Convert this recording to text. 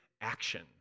action